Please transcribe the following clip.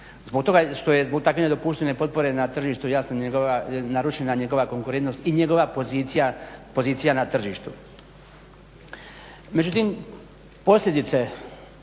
Zbog toga što je zbog takve nedopuštene potpore na tržištu narušena njegova konkurentnost i njegova pozicija na tržištu. Međutim posljedice